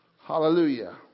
Hallelujah